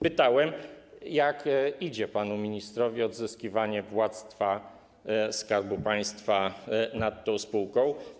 Pytałem, jak idzie panu ministrowi odzyskiwanie władztwa Skarbu Państwa nad tą spółką.